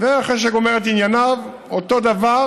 ואחרי שהוא גומר את ענייניו אותו דבר,